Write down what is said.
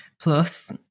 plus